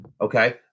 okay